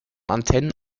antennen